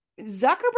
Zuckerberg